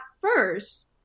first